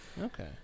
Okay